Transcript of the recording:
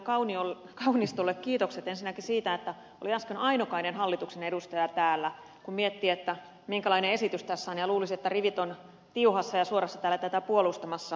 kaunistolle kiitokset ensinnäkin siitä että hän oli äsken ainokainen hallituksen edustaja täällä kun miettii minkälainen esitys tässä on ja luulisi että rivit ovat tiuhassa ja suorassa täällä tätä puolustamassa